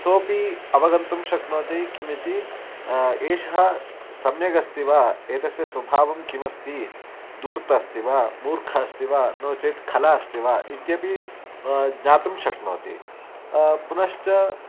सोपि अवगन्तुं शक्नोति किमिति एषः सम्यगस्ति वा एतस्य स्वभावम् किम् अस्ति धूर्तः अस्ति वा मूर्खः अस्ति वा नो चेत् खलः अस्ति वा इत्यपि ज्ञातुं शक्नोति पुनश्च